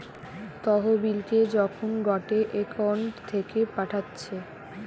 তহবিলকে যখন গটে একউন্ট থাকে পাঠাচ্ছে